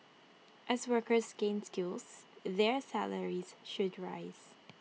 as workers gain skills their salaries should rise